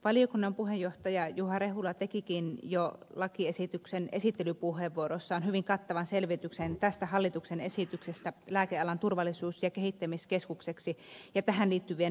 valiokunnan puheenjohtaja juha rehula tekikin jo lakiesityksen esittelypuheenvuorossaan hyvin kattavan selvityksen tästä hallituksen esityksestä lääkealan turvallisuus ja kehittämiskeskukseksi ja tähän liittyvien lakiesitysten valiokuntakäsittelystä